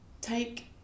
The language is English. take